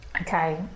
Okay